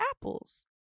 apples